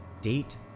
Date